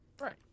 Right